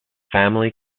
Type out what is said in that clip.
family